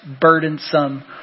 burdensome